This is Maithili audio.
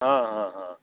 हँ हँ हँ